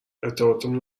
ارتباطمون